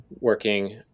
working